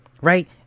Right